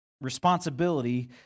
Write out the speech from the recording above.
Responsibility